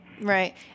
Right